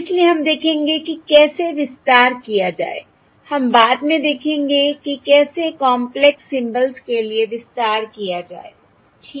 इसलिए हम देखेंगे कि कैसे विस्तार किया जाए हम बाद में देखेंगे कि कैसे कॉंपलेक्स सिम्बल्स के लिए विस्तार किया जाए ठीक है